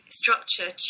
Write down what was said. structure